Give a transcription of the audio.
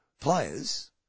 players